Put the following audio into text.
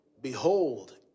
behold